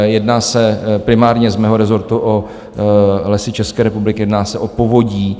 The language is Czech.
Jedná se primárně z mého rezortu o Lesy České republiky, jedná se o Povodí.